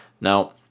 Now